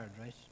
right